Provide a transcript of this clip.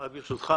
רק ברשותך